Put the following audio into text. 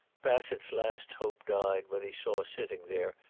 bassett's last hope died when he saw sitting there,